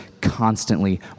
constantly